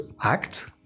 act